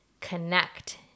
connect